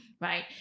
Right